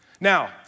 Now